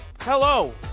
Hello